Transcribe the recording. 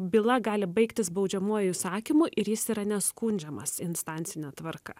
byla gali baigtis baudžiamuoju įsakymu ir jis yra neskundžiamas instancine tvarka